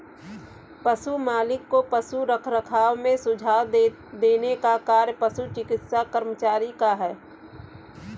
पशु मालिक को पशु रखरखाव में सुझाव देने का कार्य पशु चिकित्सा कर्मचारी का है